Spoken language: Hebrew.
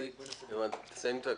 נמשיך לקרוא.